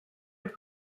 have